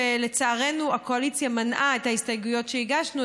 לצערנו הקואליציה מנעה את ההסתייגויות שהגשנו,